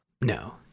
No